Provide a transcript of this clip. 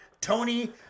Tony